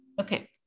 Okay